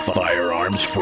firearms